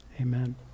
amen